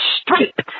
striped